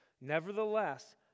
Nevertheless